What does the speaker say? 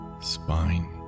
spine